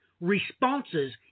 responses